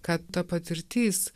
kad ta patirtis